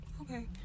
Okay